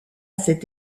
cet